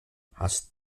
hast